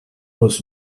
was